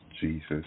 Jesus